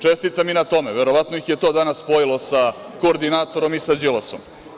Čestitam i na tome, verovatno ih je danas spojilo sa koordinatorom i sa Đilasom.